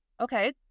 okay